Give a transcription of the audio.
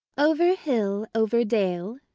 over hill, over dale,